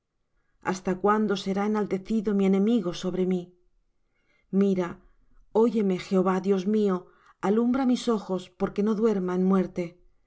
hasta cuándo será enaltecido mi enemigo sobre mí mira óyeme jehová dios mío alumbra mis ojos porque no duerma en muerte